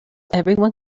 everyone